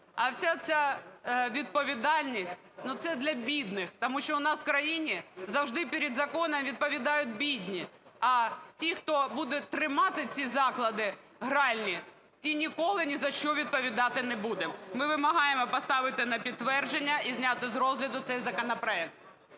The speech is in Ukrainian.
А вся ця відповідальність це для бідних, тому що у нас в країні завжди перед законом відповідають бідні, а ті, хто будуть тримати ці заклади гральні, ті ніколи ні за що відповідати не будуть. Ми вимагаємо поставити на підтвердження і зняти з розгляду цей законопроект.